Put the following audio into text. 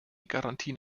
garantien